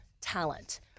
talent